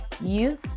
youth